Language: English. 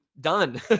done